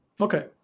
Okay